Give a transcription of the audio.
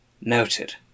Noted